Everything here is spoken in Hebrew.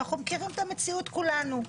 ואנחנו מכירים את המציאות כולנו.